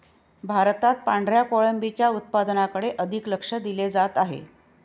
भारतात पांढऱ्या कोळंबीच्या उत्पादनाकडे अधिक लक्ष दिले जात आहे